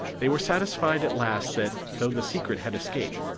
they were satisfied at last that, though the secret had escaped,